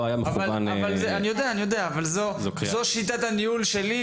זו שיטת הניהול שלי,